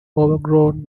overgrown